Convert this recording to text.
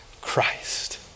Christ